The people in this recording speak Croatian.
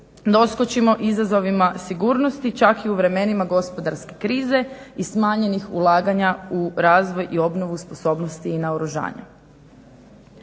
doskočimo izazovima sigurnosti čak i u vremenima gospodarske krize i smanjenih ulaganja u razvoj i obnovu sposobnosti i naoružanja.